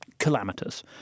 calamitous